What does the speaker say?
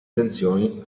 tensioni